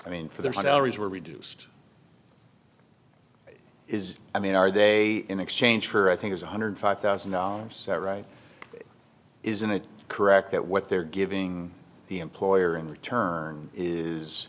i mean for their salaries were reduced is i mean are they in exchange for i think it's one hundred five thousand dollars isn't it correct that what they're giving the employer in return is